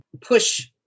push